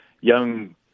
young